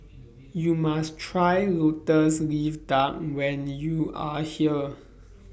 YOU must Try Lotus Leaf Duck when YOU Are here